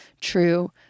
true